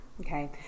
Okay